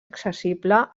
accessible